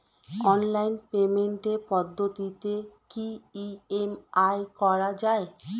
Online পেমেন্টের পদ্ধতিতে কি ই.এম.আই করা যায়?